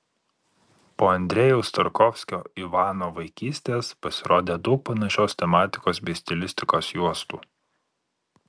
po andrejaus tarkovskio ivano vaikystės pasirodė daug panašios tematikos bei stilistikos juostų